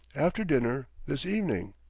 after dinner, this evening.